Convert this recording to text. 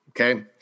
okay